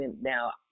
now